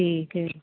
ਠੀਕ ਹੈ